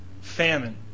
Famine